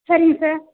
சரிங்க சார்